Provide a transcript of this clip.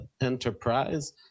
enterprise